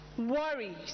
Worries